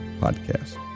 podcast